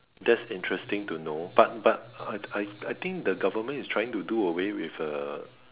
that's interesting to know but but I I I think the government is trying to do away with the